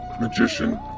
magician